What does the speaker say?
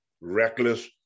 reckless